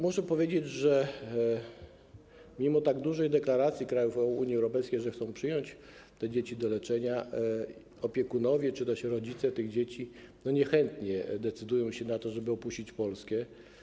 Muszę powiedzieć, że mimo tak dużej deklaracji krajów Unii Europejskiej, że chcą przyjąć te dzieci na leczenie, opiekunowie czy też rodzice tych dzieci niechętnie decydują się na to, żeby opuścić Polskę.